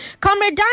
Comrade